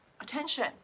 attention